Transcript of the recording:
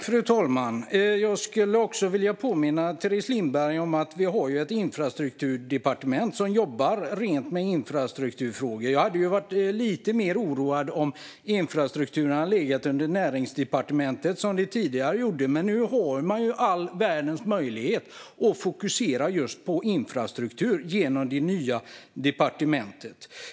Fru talman! Jag skulle också vilja påminna Teres Lindberg om att vi har ett infrastrukturdepartement som jobbar med rena infrastrukturfrågor. Jag hade varit lite mer oroad om infrastrukturen hade legat under Näringsdepartementet som det tidigare gjorde, men nu har man ju alla världens möjligheter att fokusera just på infrastruktur genom det nya departementet.